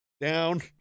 down